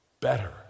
better